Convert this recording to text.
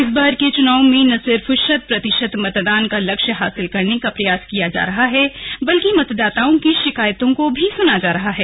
इस बार के चुनाव में न सिर्फ शत प्रतिशत मतदान का लक्ष्य हासिल करने का प्रयास किया जा रहा है बल्कि मतदाताओं की शिकायतों को भी सुना जा रहा है